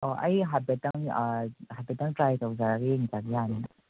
ꯑꯩ ꯍꯥꯏꯐꯦꯠꯇꯪ ꯍꯥꯏꯐꯦꯠꯇꯪ ꯇ꯭ꯔꯥꯏ ꯇꯧꯖꯔꯒ ꯌꯦꯡꯖꯒꯦ ꯌꯥꯅꯤꯅ